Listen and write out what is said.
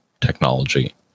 technology